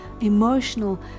emotional